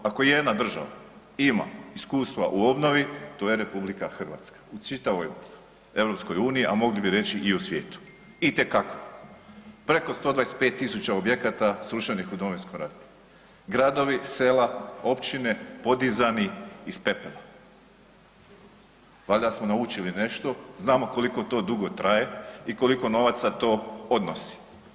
Ako jedna država ima iskustva u obnovi, to je RH u čitavoj EU, a mogli bi reći i u svijetu, itekako, preko 125 000 objekata srušenih u Domovinskom ratu, gradovi, sela, općine, podizani iz pepela, valjda smo naučili nešto, znamo koliko to dugo traje i koliko novaca to odnosi.